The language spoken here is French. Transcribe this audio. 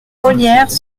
ollières